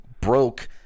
broke